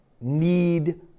need